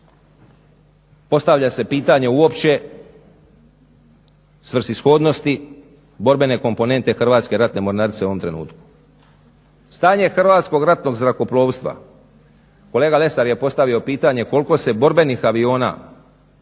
Postavlja se pitanje uopće svrsishodnosti, borbene komponente Hrvatske ratne mornarice u ovom trenutku. Stanje Hrvatskog ratnog zrakoplovstva, kolega Lesar je postavio pitanje koliko se borbenih aviona